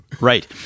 Right